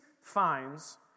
finds